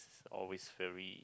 always very